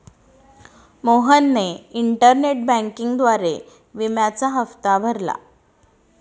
मोहनने इंटरनेट बँकिंगद्वारे विम्याचा हप्ता भरला